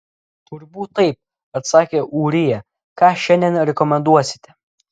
turbūt taip atsakė ūrija ką šiandien rekomenduosite